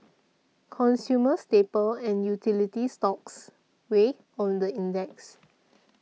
consumer staple and utility stocks weighed on the index